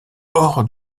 hors